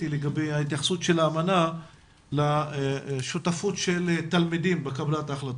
לגבי התייחסות האמנה לשותפות התלמידים בקבלת החלטות.